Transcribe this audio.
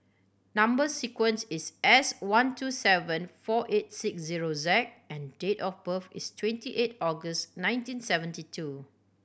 number sequence is S one two seven four eight six zero Z and date of birth is twenty eight August nineteen seventy two